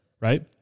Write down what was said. right